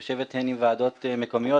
היא יושבת הן עם ועדות מקומיות,